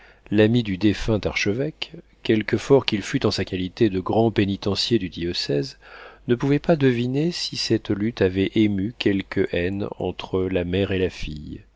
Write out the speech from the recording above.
l'ami du défunt archevêque quelque fort qu'il fût en sa qualité de grand pénitencier du diocèse ne pouvait pas deviner si cette lutte avait ému quelque haine entre la mère et la fille